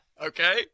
Okay